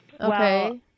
Okay